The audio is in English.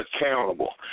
accountable